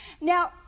Now